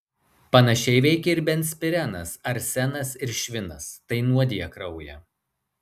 panašiai veikia ir benzpirenas arsenas ir švinas tai nuodija kraują